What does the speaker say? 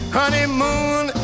honeymoon